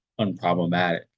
unproblematic